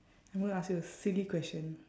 I'm gonna ask you a silly question